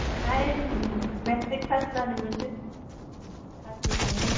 बेहाय matric pass बानो मोनगोन निफ्रायनो